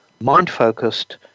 mind-focused